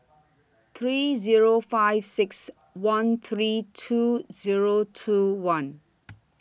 three Zero five six one three two Zero two one